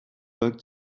back